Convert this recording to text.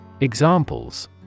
Examples